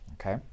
okay